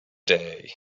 day